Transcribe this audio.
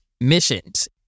missions